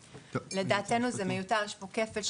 לדעתנו זה מיותר, יש פה כפל.